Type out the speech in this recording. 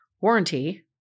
Warranty